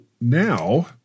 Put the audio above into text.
Now